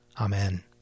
Amen